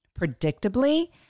predictably